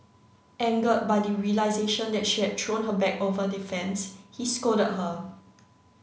angered by the realisation that she had thrown her bag over the fence he scolded her